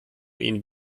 ihn